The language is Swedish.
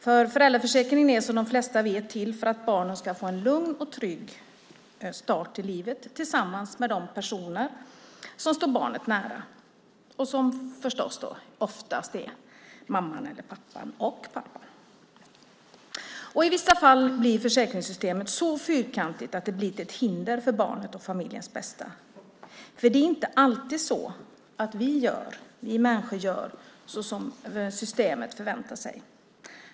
Föräldraförsäkringen är, som de flesta vet, till för att barnen ska få en lugn och trygg start i livet tillsammans med de personer som står barnet nära, som förstås oftast är mamman och pappan. I vissa fall blir försäkringssystemet så fyrkantigt att det blir till ett hinder för barnets och familjens bästa. Vi människor gör nämligen inte alltid så som systemet förväntar sig.